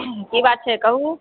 की बात छै कहू